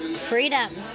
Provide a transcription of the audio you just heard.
freedom